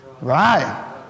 right